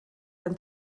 ein